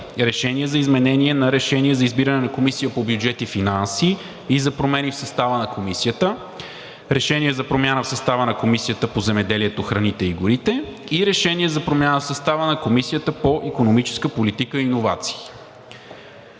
Решение за изменение на Решение за избиране на Комисията по бюджет и финанси и за промени в състава на Комисията, Решение за промяна в състава на Комисията по земеделието, храните и горите и Решение за промяна в състава на Комисията по икономическа политика и иновации.